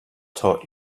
taught